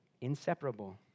Inseparable